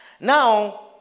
Now